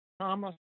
Thomas